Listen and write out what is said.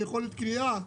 ביכולת קריאה,